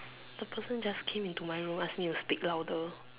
the person just came into my room ask me to speak louder